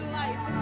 life